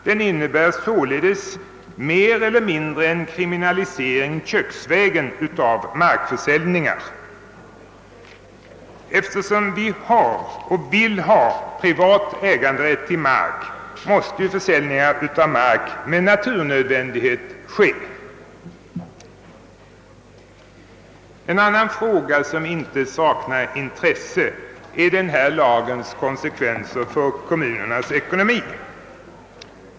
Den betyder således mer eller mindre »en kriminalisering köksvägen» av markförsäljningar. Eftersom vi har och vill ha privat äganderätt till mark, måste försäljningar av mark med naturnödvändighet göras. En annan fråga som inte saknar intresse är denna lags konsekvenser för kommunernas ekonomi.